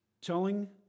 telling